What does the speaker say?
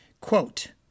Quote